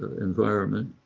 environment,